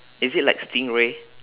is it like stingray